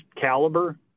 caliber